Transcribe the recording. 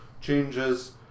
changes